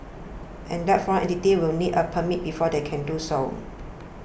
and that foreign entities will need a permit before they can do so